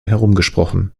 herumgesprochen